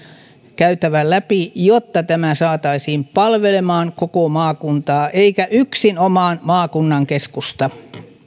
käytävän läpi jotta tämä saataisiin palvelemaan koko maakuntaa eikä yksinomaan maakunnan keskusta